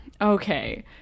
Okay